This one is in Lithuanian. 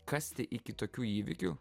kasti iki tokių įvykių